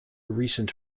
recent